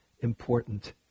important